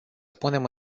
punem